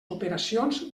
operacions